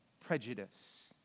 prejudice